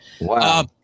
Wow